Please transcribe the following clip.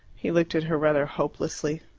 he looked at her rather hopelessly.